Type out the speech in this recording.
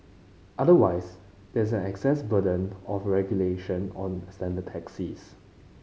otherwise there is an access burden of regulation on standard taxis